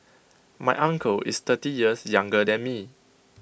my uncle is thirty years younger than me